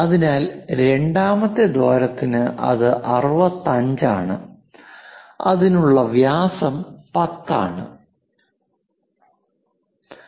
അതിനാൽ രണ്ടാമത്തെ ദ്വാരത്തിന് അത് 65 ആണ് അതിനുള്ള വ്യാസം 10 ആണ്